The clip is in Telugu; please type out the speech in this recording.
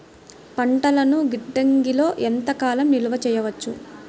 పంటలను గిడ్డంగిలలో ఎంత కాలం నిలవ చెయ్యవచ్చు?